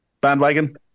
bandwagon